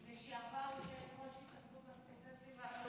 לשעבר יושבת-ראש התאחדות הסטודנטים והסטודנטיות.